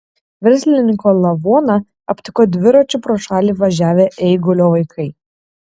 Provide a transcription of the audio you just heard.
verslininko lavoną aptiko dviračiu pro šalį važiavę eigulio vaikai